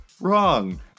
wrong